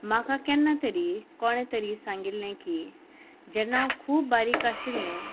म्हाका केन्ना तरी कोणें तरी सांगिल्लें की जेन्ना हांव खूब बारीक आशिल्लें